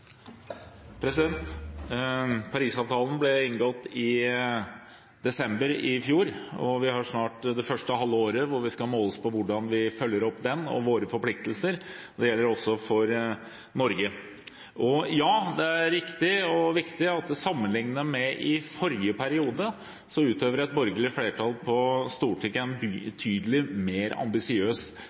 snart gjennom det første halve året da vi skal måles på hvordan vi følger opp avtalen og våre forpliktelser – det gjelder også for Norge. Det er riktig og viktig at sammenlignet med i forrige periode utøver et borgerlig flertall på Stortinget en betydelig mer ambisiøs